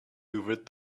hoovered